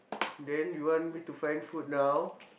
then you want me to find food now